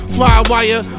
Flywire